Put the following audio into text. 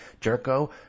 jerko